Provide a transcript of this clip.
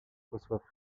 reçoivent